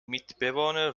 mitbewohner